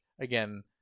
again